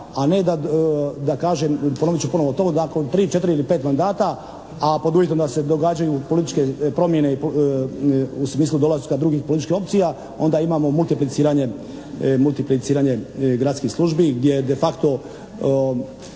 a ne da kažem, ponovit ću ponovo o tomu, da nakon tri, četiri ili pet mandata a pod uvjetom da se događaju političke promjene u smislu dolaska drugih političkih opcija onda imamo multipliciranje gradskih službi gdje je de faco